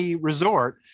Resort